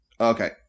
Okay